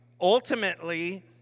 ultimately